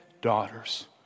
daughters